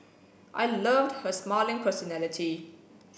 I loved her smiling personality